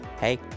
Hey